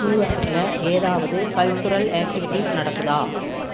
நியூயார்கில் ஏதாவது cultural activities நடக்குதா